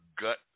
gut